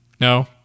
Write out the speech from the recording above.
No